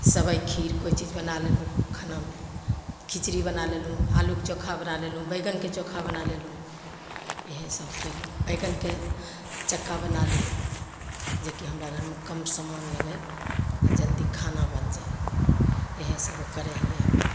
सेवइ खीर कोइ चीज बना लेलहुँ खानामे खिचड़ी बना लेलहुँ आलूके चोखा बना लेलहुँ बैगनके चोखा बना लेलहुँ इएहसब कएलहुँ बैगनके चक्का बना लेलहुँ जेकि हमरा घरमे कम समान लागै आओर जल्दी खाना बनि जाइ इएहसब करै हिए हमे